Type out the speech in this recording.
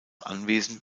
anwesen